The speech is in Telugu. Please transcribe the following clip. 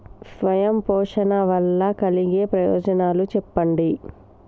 స్వయం పోషణ వల్ల కలిగే ప్రయోజనాలు చెప్పండి?